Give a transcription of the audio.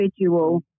individual